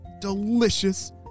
delicious